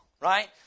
right